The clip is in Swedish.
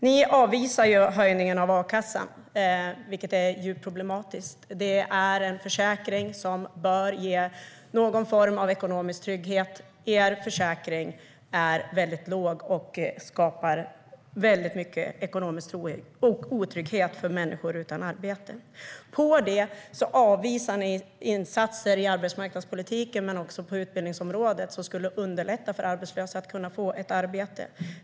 Ni avvisar höjningen av a-kassan, vilket är djupt problematiskt. Det är en försäkring som bör ge någon form av ekonomisk trygghet. Er försäkring är mycket låg och skapar mycket ekonomisk otrygghet för människor utan arbete. På det avvisar ni insatser i arbetsmarknadspolitiken men också på utbildningsområdet som skulle underlätta för arbetslösa att få ett arbete.